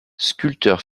sculpteur